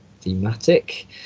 thematic